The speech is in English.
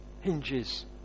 hinges